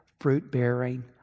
fruit-bearing